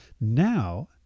Now